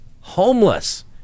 homeless